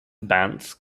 bands